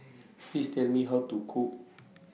Please Tell Me How to Cook